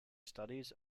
studies